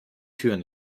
türen